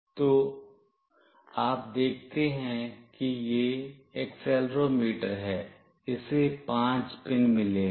तो आप देखते हैं कि यह एक्सेलेरोमीटर है इसे 5 पिन मिले हैं